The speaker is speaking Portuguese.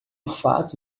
fato